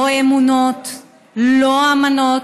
לא אמונות, לא אמנות,